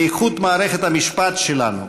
לאיכות מערכת המשפט שלנו.